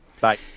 Bye